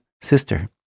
sister